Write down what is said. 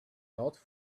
not